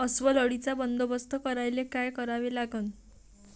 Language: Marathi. अस्वल अळीचा बंदोबस्त करायले काय करावे लागन?